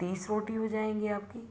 तीस रोटी हो जाएँगी आपकी